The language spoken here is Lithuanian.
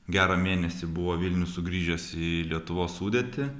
gerą mėnesį buvo vilnius sugrįžęs į lietuvos sudėtį